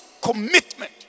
commitment